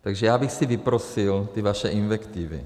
Takže já bych si vyprosil ty vaše invektivy.